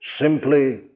Simply